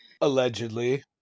allegedly